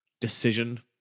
decision